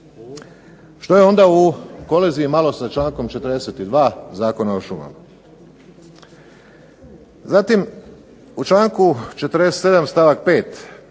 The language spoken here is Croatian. Što je onda u koliziji sa člankom 42. Zakona o šumama. Zatim u članku 47. stavak 5.